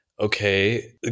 okay